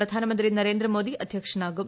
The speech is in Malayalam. പ്രധാനമന്ത്രി നരേന്ദ്രമോദി അധ്യക്ഷനാകും